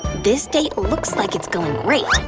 this date looks like it's going great.